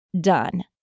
done